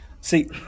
See